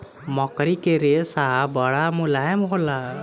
मकड़ी के रेशा बड़ा मुलायम होला